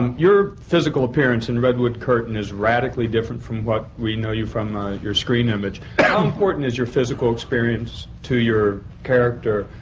and your physical appearance in redwood curtain is radically different from what we know you from your screen image. how important is your physical experience to your character?